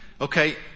Okay